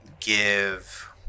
give